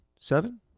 Seven